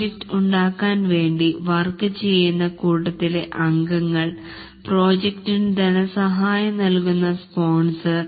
project ഉണ്ടാകാൻ വേണ്ടി work ചെയ്യുന്ന കൂട്ടത്തിലെ അംഗങ്ങൾ പ്രോജക്ടിനു ധനസഹായം നൽകുന്ന സ്പോൺസർ